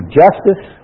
justice